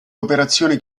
operazione